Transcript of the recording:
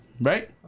right